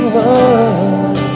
love